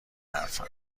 حرفم